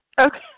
Okay